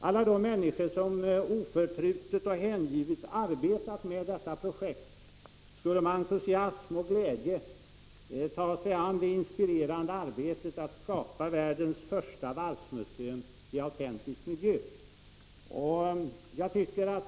Alla de människor som oförtrutet och hängivet har arbetat med detta projekt skulle med entusiasm och glädje ta sig an det inspirerande arbetet att skapa världens första varvsmuseum i autentisk miljö.